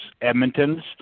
Edmonton's